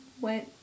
went